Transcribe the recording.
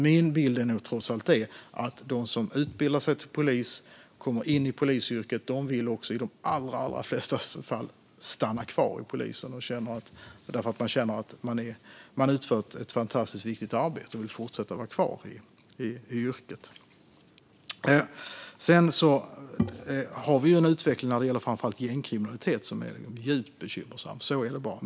Min bild är nog trots allt att de som utbildar sig till polis och kommer in i polisyrket i de allra flesta fall vill stanna kvar i polisen, för de känner att de utför ett fantastiskt viktigt arbete och vill vara kvar i yrket. Vi har ju en utveckling när det gäller framför allt gängkriminalitet som är djupt bekymmersam; så är det bara.